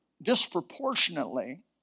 disproportionately